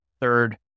third